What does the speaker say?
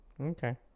Okay